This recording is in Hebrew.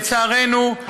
לצערנו,